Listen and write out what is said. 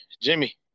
Jimmy